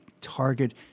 target